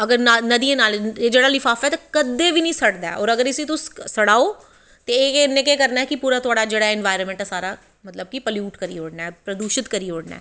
अगर नदियैं नालें एह् लफापा ऐ कदें बी नी सड़दा और अगर तुस इसी सड़ाओ ते इनें केह् करनां ऐ तुआढ़ा इन्बाईरनमैंट सारा मतलव कि प्लयूट करी ओड़ना ऐ प्रदूशित करी ओड़नां ऐ